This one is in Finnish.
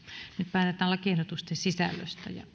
päätetään lakiehdotusten sisällöstä